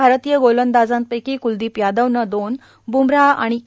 भारतीय गोलंदाजांपैकी क्लदीप यादवनं दोन ब्मराहनं आणि के